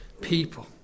people